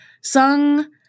sung